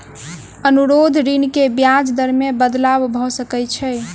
अनुरोध ऋण के ब्याज दर मे बदलाव भ सकै छै